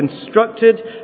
constructed